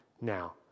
now